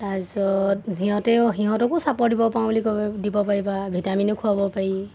তাৰপিছত সিহঁতেও সিহঁতকো চাপৰ দিব পাৰোঁ বুলি ক'ব দিব পাৰিবা ভিটামিনো খুৱাব পাৰি